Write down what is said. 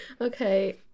Okay